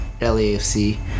LAFC